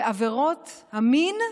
בעבירות המין,